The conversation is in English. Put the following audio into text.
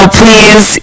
please